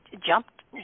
jumped